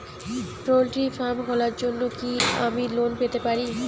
Poultry farm খোলার জন্য কি আমি লোন পেতে পারি?